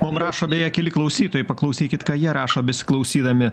mum rašo beje keli klausytojai paklausykit ką jie rašo besiklausydami